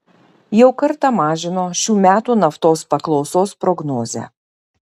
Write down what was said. jau kartą mažino šių metų naftos paklausos prognozę